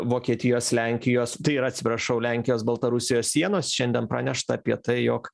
vokietijos lenkijos tai yra atsiprašau lenkijos baltarusijos sienos šiandien pranešta apie tai jog